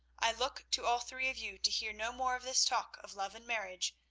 i look to all three of you to hear no more of this talk of love and marriage,